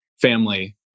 family